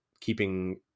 keeping